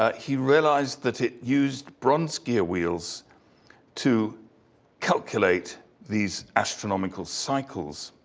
ah he realized that it used bronsky ah wheels to calculate these astronomical cycles.